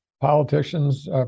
politicians